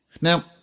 Now